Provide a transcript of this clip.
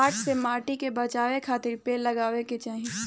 बाढ़ से माटी के बचावे खातिर पेड़ लगावे के चाही